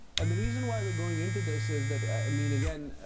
and the reason why we're going into this is that i mean, again,